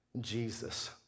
Jesus